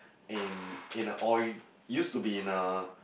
in in a oil used to be in a